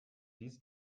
ließ